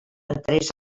entrés